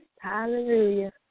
Hallelujah